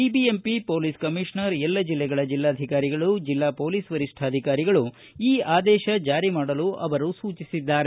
BBMP police commissioner ಜಿಲ್ಲಾಧಿಕಾರಿ ಜಿಲ್ಲಾ police ವರಿಷ್ಠಾಧಿಕಾರಿಗಳು ಈ ಆದೇಶ ಜಾರಿ ಮಾಡಲು ಅವರು ಸೂಚಿಸಿದ್ದಾರೆ